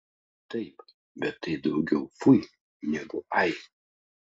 taip bet tai daugiau fui negu ai